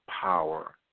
power